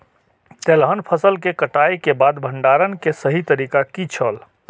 तेलहन फसल के कटाई के बाद भंडारण के सही तरीका की छल?